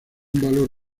valor